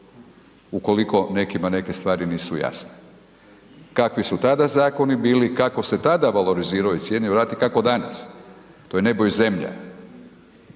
Ukoliko nekima neke stvari nisu jasne. Kakvi su tada zakoni bili, kako se tada valorizirao o cijenio rad i kako danas, to je nebo i zemlja,